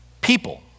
People